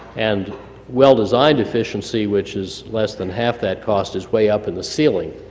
and well designed efficiency, which is less than half that cost is way up in the ceiling.